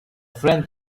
friend